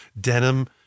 denim